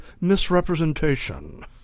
misrepresentation